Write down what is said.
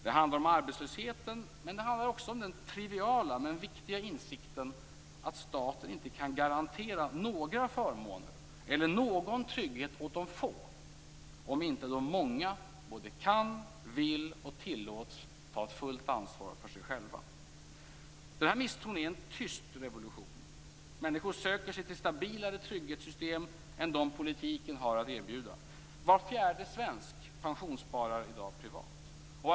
Det handlar om arbetslösheten, men det handlar också om den triviala men viktiga insikten om att staten inte kan garantera några förmåner eller någon trygghet åt de få om inte de många både kan, vill och tillåts ta ett fullt ansvar för sig själva. Den här misstron är en tyst revolution. Människor söker sig till stabilare trygghetssystem än dem politiken har att erbjuda. Var fjärde svensk pensionssparar i dag privat.